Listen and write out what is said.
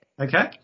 Okay